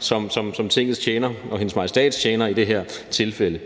som Tingets tjener og Hendes Majestæts tjener i det her tilfælde.